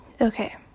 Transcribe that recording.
Okay